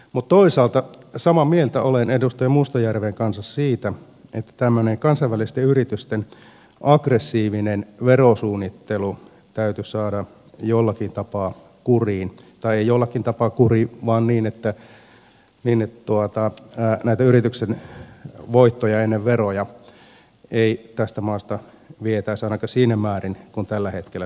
mutta toisaalta samaa mieltä olen edustaja mustajärven kanssa siitä että tämmöinen kansainvälisten yritysten aggressiivinen verosuunnittelu täytyisi saada jollakin tapaa kuriin tai ei jollakin tapaa kuriin vaan niin että näitä yrityksen voittoja ennen veroja ei tästä maasta vietäisi ainakaan siinä määrin kuin tällä hetkellä viedään